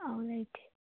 ꯑꯣ ꯂꯩꯇꯦ